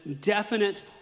definite